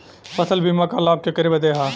फसल बीमा क लाभ केकरे बदे ह?